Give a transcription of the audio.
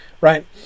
Right